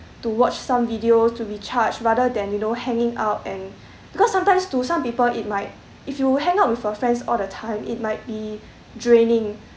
to watch some videos to recharge rather than you know hanging out and because sometimes to some people it might if you hang out with your friends all the time it might be draining